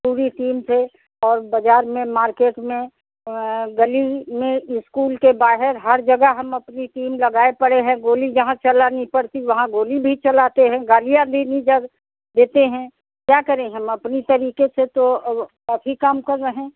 पूरी टीम से और बजार में मार्केट में गली में इस्कूल के बाहर हर जगह हम अपनी टीम लगाए पड़े हैं गोली जहाँ चलानी पड़ती वहाँ गोली भी चलाते है गालियाँ भी देते हैं क्या करें हम अपने तरीक़े से तो अथी काम कर रहे हैं